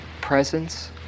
presence